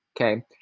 okay